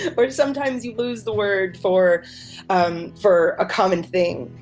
ah or sometimes you lose the word for um for a common thing,